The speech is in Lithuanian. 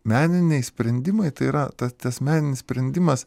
meniniai sprendimai tai yra ta tas meninis sprendimas